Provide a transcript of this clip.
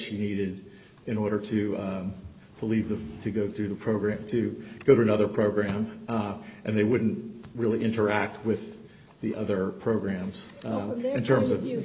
she needed in order to believe that to go through the program to go to another program and they wouldn't really interact with the other programs in terms of you know